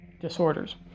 disorders